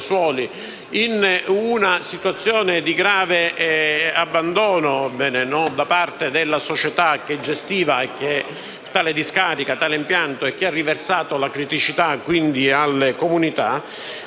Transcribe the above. in una situazione di grave abbandono da parte della società che gestiva tale impianto e che ha riversato la criticità sulle comunità.